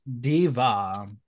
diva